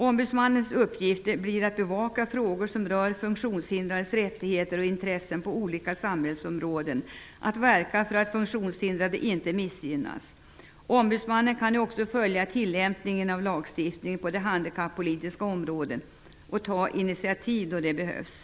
Ombudsmannens uppgifter blir att bevaka frågor som rör de funktionshindrades rättigheter och intressen på olika samhällsområden och att verka för att de funktionshindrade inte missgynnas. Ombudsmannen kan nu också följa tillämpningen av lagstiftningen på det handikappolitiska området och ta initiativ då det behövs.